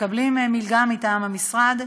מקבלים מלגה מטעם המשרד,